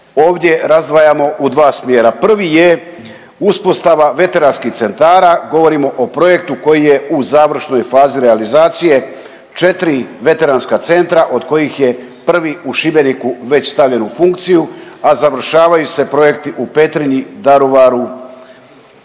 ovdje razdvajamo u 2 smjera, prvi je uspostava veteranskih centara, govorimo o projektu koji je u završnoj fazi realizacije, 4 veteranska centra od kojih je prvi u Šibeniku već stavljen u funkciju, a završavaju se projekti u Petrinji, Daruvaru